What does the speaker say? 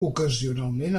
ocasionalment